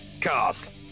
cast